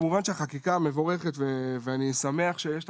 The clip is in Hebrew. כמובן שהחקיקה מבורכת ואני שמח שיש את